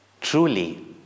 truly